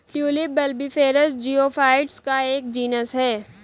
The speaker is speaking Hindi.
ट्यूलिप बल्बिफेरस जियोफाइट्स का एक जीनस है